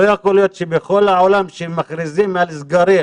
לא יכול להיות שבכל העולם כשמכריזים על סגרים